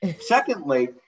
Secondly